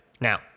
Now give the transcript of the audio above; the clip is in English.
Now